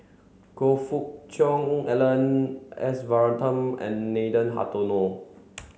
Choe Fook Cheong Alan S Varathan and Nathan Hartono